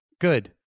good